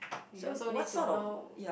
we also need to know